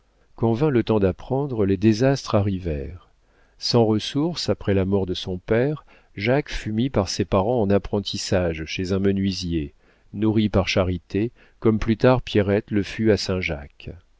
quand vint le temps d'apprendre les désastres arrivèrent sans ressources après la mort de son père jacques fut mis par ses parents en apprentissage chez un menuisier nourri par charité comme plus tard pierrette le fut à saint-jacques